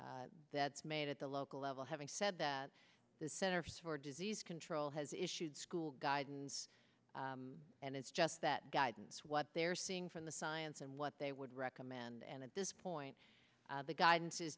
that's made at the local level having said that the centers for disease control has issued school guidance and it's just that guidance what they're seeing from the science and what they would recommend and at this point the guidance is